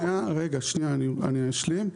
שנייה רגע אני אשלים.